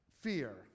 fear